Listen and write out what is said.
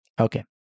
okay